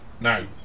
Now